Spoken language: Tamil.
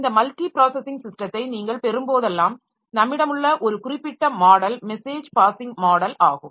இந்த மல்டி ப்ராஸஸிங் சிஸ்டத்தை நீங்கள் பெறும்போதெல்லாம் நம்மிடம் உள்ள ஒரு குறிப்பிட்ட மாடல் மெசேஜ் பாஸிங் மாடல் ஆகும்